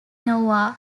noah